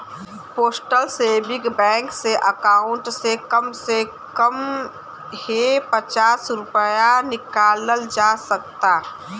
postal saving bank में account से कम से कम हे पचास रूपया निकालल जा सकता